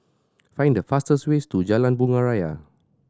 find the fastest way to Jalan Bunga Raya